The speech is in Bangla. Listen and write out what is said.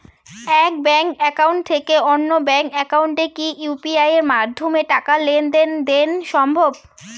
এক ব্যাংক একাউন্ট থেকে অন্য ব্যাংক একাউন্টে কি ইউ.পি.আই মাধ্যমে টাকার লেনদেন দেন সম্ভব?